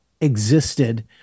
existed